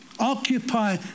Occupy